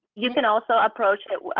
you can also approach it.